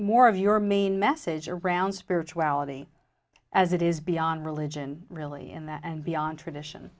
more of your main message around spirituality as it is beyond religion really in that and beyond tradition